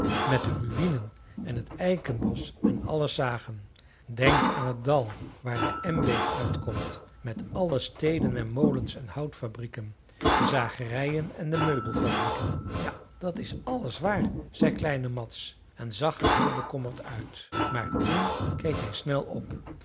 met de ruïnen en t eikenbosch en alle sagen denk aan het dal waar de em beek uitkomt met alle steden en molens en houtfabrieken de zagerijen en meubelfabrieken ja dat is alles waar zei kleine mads en zag er heel bekommerd uit maar toen keek hij snel op